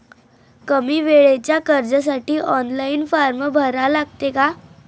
कमी वेळेच्या कर्जासाठी ऑनलाईन फारम भरा लागते का?